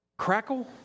crackle